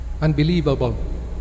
Unbelievable